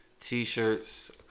T-shirts